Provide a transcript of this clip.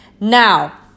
now